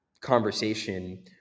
conversation